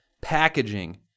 packaging